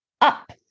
up